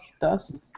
dust